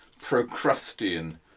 procrustean